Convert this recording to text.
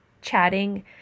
chatting